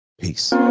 Peace